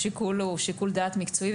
השיקול הוא שיקול דעת מקצועי.